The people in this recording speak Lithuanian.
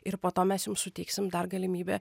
ir po to mes jums suteiksim dar galimybę